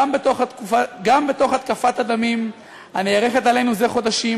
גם בתוך התקפת הדמים הנערכת עלינו זה חודשים,